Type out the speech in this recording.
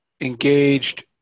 engaged